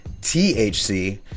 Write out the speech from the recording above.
THC